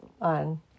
on